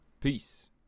Peace